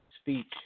speech